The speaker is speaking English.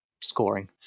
scoring